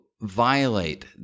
violate